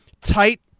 tight